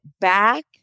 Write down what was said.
back